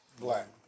Black